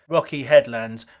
rocky headlines,